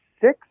six